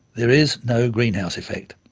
there is no greenhouse effect.